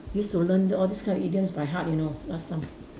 used to learn all these kind of idioms by heart you know last time